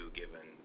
given